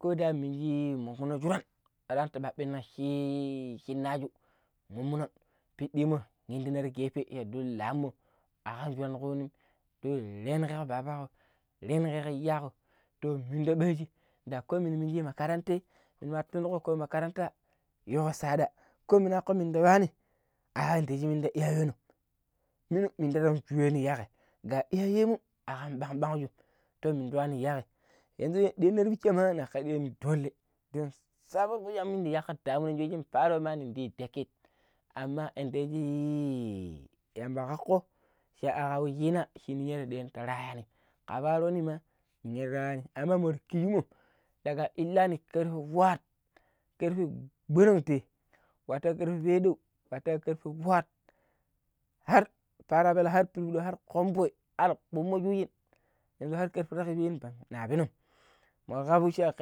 ﻿ko da minjimukunan juran kamantu pepino shi shinaju mommuno pidimma mundino̱ ti gefe shuɗo ndo lammo akan shurann ƙelangkui reniteeko babaago reniƙeeƙo iyyaƙo to minu ɓaaji da ko mini na niji min yu makarantai mini batulgo makaranta yiiko sada kumina kuminda wani ayinjundi iyayenmo̱ minu miandi shurawanu yaggai ga iyayemu akam ɓanɓanshu toh minduanu yaggai yanzu ɗira biche ma yakacheni dole don sabon kujanmindi yakataromma paro ma yin din dakai aman indojii yambakoko shiaga washina chinua ɗayan ta rayani ka baronima anruwaini amarmo kijimo daga illani mu fwet karfe gbonun tei wato karfe pedau wato karfe fwet har parabelo har pirpidau har komvoi har kumun schojin yanzu har karfe njiunua fa nabenom maboagusha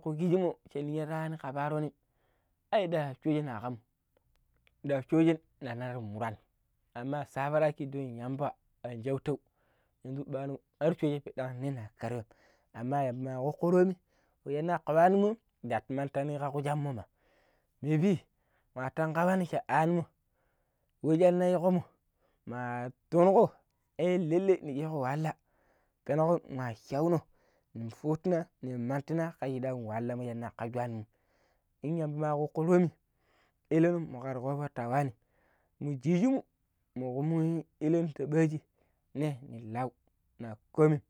kojigimo illeriyani kabaronim ai da shoi nakam da shojem na ma muran aman sabaraki dun Yamba anjuato yanzu mpano har chuji pida mina akaryum ayamaigo koromi waina kobarimo da jantiya tujoranma maybe ma antanga wani shanimo wainjigomo maa tonugua lallai tei digo wahala penigo wa chanum in futunna nayi mantina yikan wahala jiki juanum in amba ma ko koroni illirun ma wurgugo tawani mu jiji mu mugomoyin ilin ta ɓeji ne ni lau na komai.